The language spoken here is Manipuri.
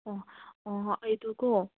ꯑꯣ ꯑꯣ ꯑꯩꯗꯨꯀꯣ